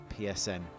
PSN